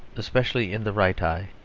especially in the right eye.